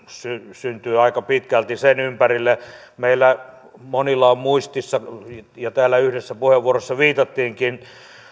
syntyi aika pitkälti sen ympärille meillä monilla on muistissa ja täällä yhdessä puheenvuorossa viitattiinkin kahdeksankymmentä viiva